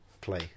play